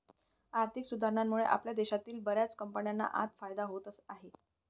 आर्थिक सुधारणांमुळे आपल्या देशातील बर्याच कंपन्यांना आता फायदा होत आहे